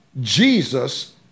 Jesus